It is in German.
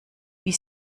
wie